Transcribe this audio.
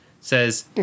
says